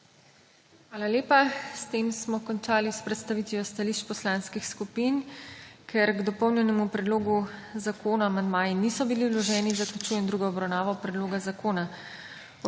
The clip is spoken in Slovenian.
Hvala lepa. S tem smo končali s predstavitvijo stališč poslanskih skupin. Ker k dopolnjenemu predlogu zakona amandmaji niso bili vloženi, zaključujem drugo obravnavo predloga zakona.